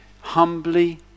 humbly